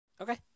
Okay